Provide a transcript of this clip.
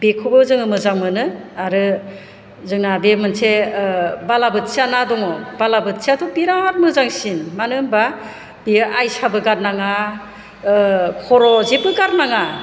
बेखौबो जोङो मोजां मोनो आरो जोंना बे मोनसे बालाबोथिया ना दङ बालाबोथियाआथ' बिराद मोजांसिन मानो होनबा बेयो आयसाबो गारनाङा खर' जेबो गारनाङा